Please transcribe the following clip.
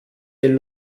del